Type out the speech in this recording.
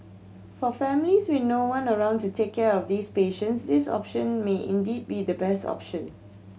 for families with no one around to take care of these patients this option may indeed be the best option